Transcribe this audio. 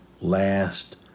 last